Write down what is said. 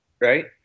Right